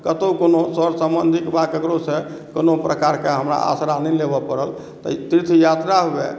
कतहु कतहु सर सम्बधि वा केकरोसँ कोनो प्रकारक हमरा आसरा नहि लेबऽ पड़ल एहि तीर्थयात्रा हुए